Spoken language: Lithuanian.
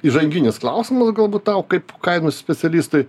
įžanginis klausimas galbūt tau kaip kainų specialistui